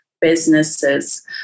businesses